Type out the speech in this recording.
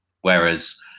whereas